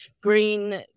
green